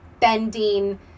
bending